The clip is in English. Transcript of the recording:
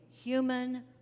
human